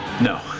No